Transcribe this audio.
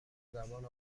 زبان